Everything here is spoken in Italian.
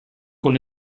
con